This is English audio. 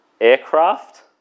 Aircraft